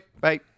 Bye